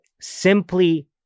simply